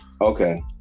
Okay